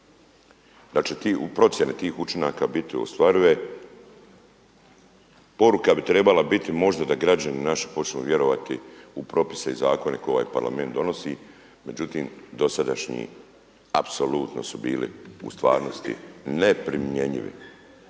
da li će procjene tih učinaka biti ostvarive. Poruka bi trebala biti možda da građani naši počnu vjerovati u propise i zakone koje ovaj Parlament donosi međutim dosadašnji apsolutno su bili u stvarnosti ne primjenjivi